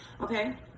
okay